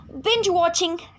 binge-watching